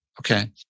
Okay